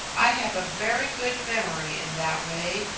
i have a very good memory, in that way,